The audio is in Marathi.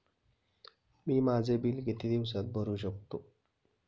मी माझे बिल किती दिवसांत भरू शकतो?